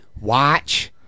Watch